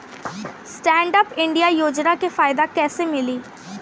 Stand up India योजना के फायदा कैसे मिली?